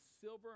silver